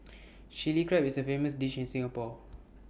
Chilli Crab is A famous dish in Singapore